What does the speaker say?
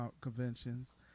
conventions